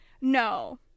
no